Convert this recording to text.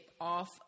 off